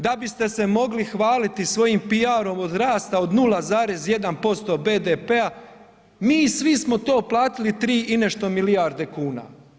Da biste se mogli hvaliti svojim piarom od rasta od 0,1% BDP-a, mi svi smo to platili 3 i nešto milijarde kuna.